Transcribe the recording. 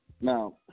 Now